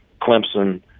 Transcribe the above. Clemson